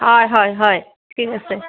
হয় হয় হয় ঠিক আছে